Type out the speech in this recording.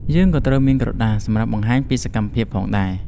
យើងក៏ត្រូវមានក្រដាសសម្រាប់បង្ហាញសកម្មភាពផងដែរ។